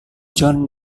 john